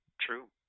true